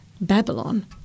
Babylon